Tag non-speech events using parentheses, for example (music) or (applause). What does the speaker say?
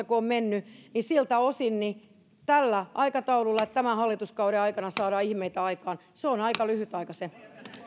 (unintelligible) kun on mennyt kahdeksan viiva yhdeksän vuotta niin siltä osin tällä aikataululla tämän hallituskauden aikana saadaan ihmeitä aikaan se on aika lyhyt aika se